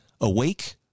awake